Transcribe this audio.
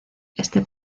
este